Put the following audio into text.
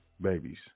babies